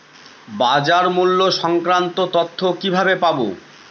বাজার মূল্য সংক্রান্ত তথ্য কিভাবে পাবো?